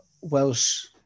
Welsh